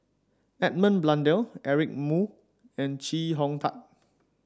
Edmund Blundell Eric Moo and Chee Hong Tat